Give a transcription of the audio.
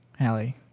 Hallie